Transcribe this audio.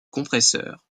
compresseur